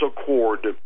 accord